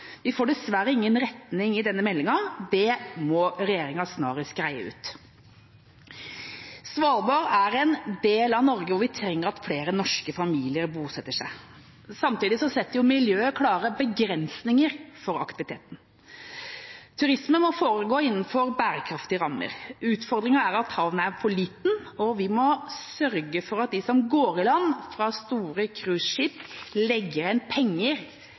Vi får dessverre ingen retning i denne meldinga. Det må regjeringa snarest greie ut. Svalbard er en del av Norge hvor vi trenger at flere norske familier bosetter seg. Samtidig setter miljøet klare begrensninger for aktiviteten. Turisme må foregå innenfor bærekraftige rammer. Utfordringen er at havna er for liten, og vi må sørge for at de som går i land fra store cruiseskip, legger igjen penger,